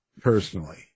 Personally